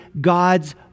God's